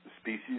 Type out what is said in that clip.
species